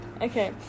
Okay